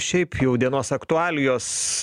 šiaip jau dienos aktualijos